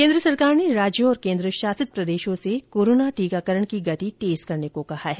केन्द्र सरकार ने राज्यों और केन्द्रशासित प्रदेशों से कोरोना टीकाकरण की गति को तेज करने को कहा है